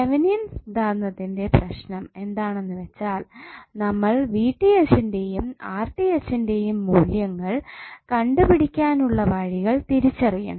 Thevenin സിദ്ധാന്തത്തിന്റെ പ്രശ്നം എന്താണെന്ന് വെച്ചാൽ നമ്മൾ ന്റെയും ന്റെയും മൂല്യങ്ങൾ കണ്ടു പിടിക്കാൻ ഉള്ള വഴികൾ തിരിച്ചറിയണം